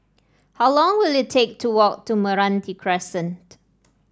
how long will it take to walk to Meranti Crescent